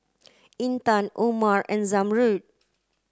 Intan Umar and Zamrud